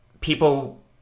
people